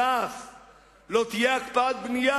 זאת תוכנית של השמאל הקיצוני,